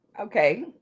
Okay